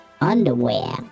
underwear